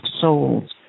souls